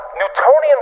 Newtonian